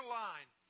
line